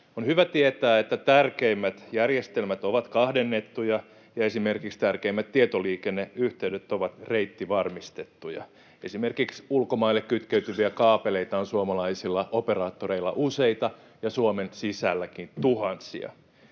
On hyvä tietää, että tärkeimmät järjestelmät ovat kahdennettuja ja esimerkiksi tärkeimmät tietoliikenneyhteydet ovat reittivarmistettuja. Esimerkiksi ulkomaille kytkeytyviä kaapeleita on suomalaisilla operaattoreilla useita ja Suomen sisälläkin tuhansia.